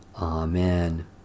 Amen